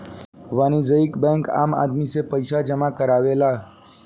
वाणिज्यिक बैंक आम आदमी से पईसा जामा करावेले